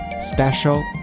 Special